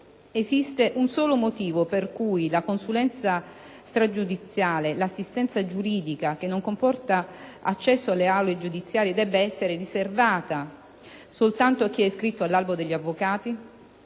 Esiste un solo motivo per cui la consulenza stragiudiziale, l'assistenza giuridica che non comporta accesso alle aule giudiziarie, debba essere riservata soltanto a chi è iscritto all'albo degli avvocati?